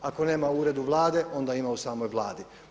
Ako nema u uredu Vlade onda ima u samoj Vladi.